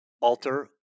alter